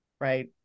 Right